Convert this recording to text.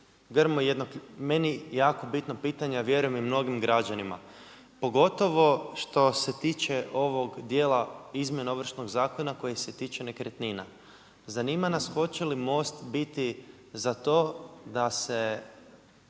Grmoju meni jako bitno pitanje, a vjerujem i mnogim građanima, pogotovo što se tiče ovog dijela izmjene Ovršnog zakona koji se tiče nekretnina. Zanima nas hoće li Most biti za to da se